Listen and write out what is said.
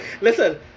Listen